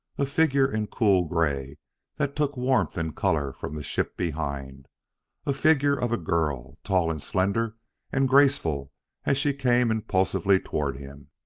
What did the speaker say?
a figure in cool gray that took warmth and color from the ship behind a figure of a girl, tall and slender and graceful as she came impulsively toward him.